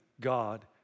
God